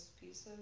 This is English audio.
Pieces